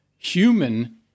Human